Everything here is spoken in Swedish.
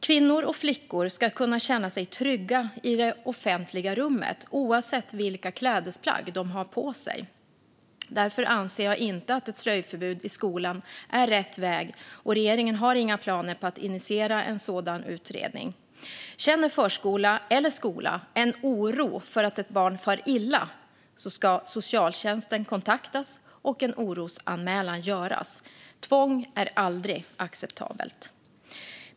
Kvinnor och flickor ska kunna känna sig trygga i det offentliga rummet oavsett vilka klädesplagg de har på sig. Därför anser jag inte att ett slöjförbud i skolan är rätt väg, och regeringen har inga planer på att initiera en sådan utredning. Känner förskola eller skola en oro för att ett barn far illa ska socialtjänsten kontaktas och en orosanmälan göras. Tvång är aldrig acceptabelt.